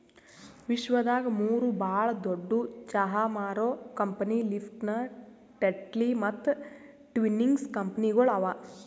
ವಿಶ್ವದಾಗ್ ಮೂರು ಭಾಳ ದೊಡ್ಡು ಚಹಾ ಮಾರೋ ಕಂಪನಿ ಲಿಪ್ಟನ್, ಟೆಟ್ಲಿ ಮತ್ತ ಟ್ವಿನಿಂಗ್ಸ್ ಕಂಪನಿಗೊಳ್ ಅವಾ